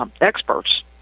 experts